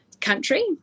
country